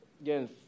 again